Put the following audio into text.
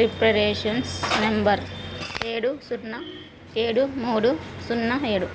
reference number ఏడు సున్నా ఏడు మూడు సున్నా ఏడు